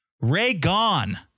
Ray-gone